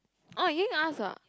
oh Ying ask ah